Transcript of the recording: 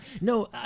No